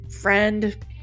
friend